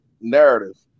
narrative